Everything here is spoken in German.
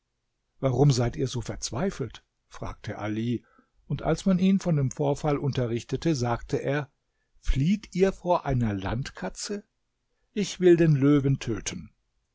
warum seid ihr so verzweifelt fragte ali und als man ihn von dem vorfall unterrichtete sagte er flieht ihr vor einer landkatze ich will den löwen töten